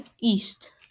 East